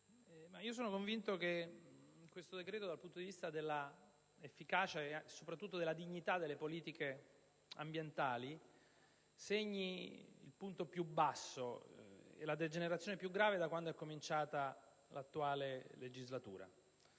sono convinto che questo decreto, dal punto di vista dell'efficacia e soprattutto della dignità delle politiche ambientali, segni il punto più basso e la degenerazione più grave da quando è cominciata l'attuale legislatura.